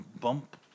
bump